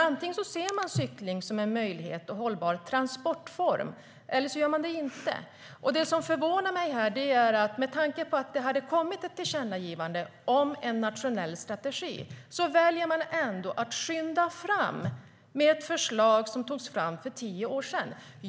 Antingen ser man cykling som en möjlighet och en hållbar transportform eller så gör man det inte. Det som förvånar mig här, med tanke på att det hade kommit ett tillkännagivande om en nationell strategi, är att man ändå väljer att skynda fram med ett förslag som togs fram för tio år sedan.